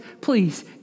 please